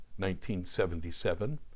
1977